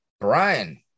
Brian